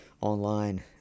online